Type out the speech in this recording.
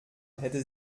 hätte